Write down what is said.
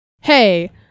hey